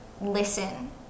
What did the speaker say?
listen